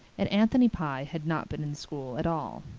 and anthony pye had not been in school at all.